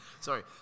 Sorry